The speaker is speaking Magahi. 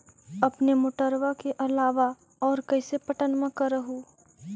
अपने मोटरबा के अलाबा और कैसे पट्टनमा कर हू?